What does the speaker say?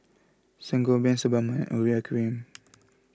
Sangobion Sebamed and Urea Cream